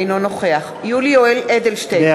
אינו נוכח יולי יואל אדלשטיין,